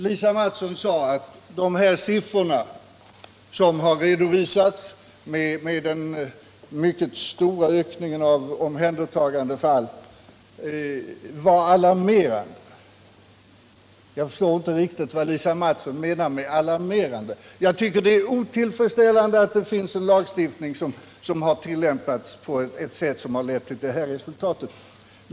Lisa Mattson sade att de siffror som redovisats i fråga om den mycket stora ökningen av omhändertagandefall var alarmerande. Jag förstår inte riktigt vad Lisa Mattson menar med alarmerande. Jag tycker att det är otillfredsställande att det finns en lagstiftning som har tillämpats på ett sätt som har lett till det här resultatet.